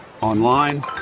online